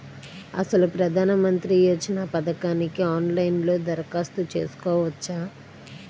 అసలు ప్రధాన మంత్రి యోజన పథకానికి ఆన్లైన్లో దరఖాస్తు చేసుకోవచ్చా?